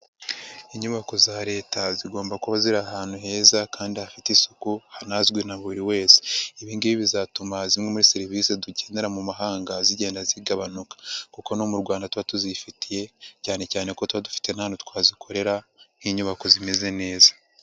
Inyubako za leta zigomba kuba ziri ahantu heza kandi hafite isuku hanazwi na buri wese. Ibi ngibi bizatuma zimwe muri serivisi dukenera mu mahanga zigenda zigabanuka, kuko no mu Rwanda tuba tuzifitiye cyane cyane kuko tuba dufite nta twazikorera nk'inyubako zimeze neza.